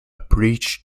preached